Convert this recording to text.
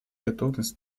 готовность